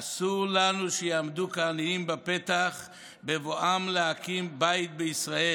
אסור לנו שיעמדו כעניים בפתח בבואם להקים בית בישראל.